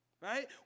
right